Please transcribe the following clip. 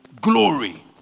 glory